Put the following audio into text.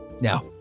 Now